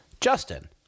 Justin